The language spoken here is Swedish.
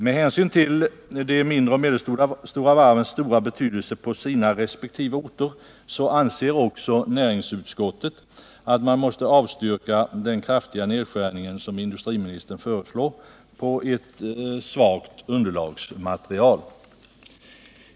Med hänsyn till de mindre och medelstora varvens stora betydelse på resp. orter anser också näringsutskottet att man måste avstyrka den kraftiga nedskärning som industriministern föreslår på ett svagt underlagsmaterial.